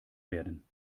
werden